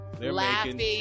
laughing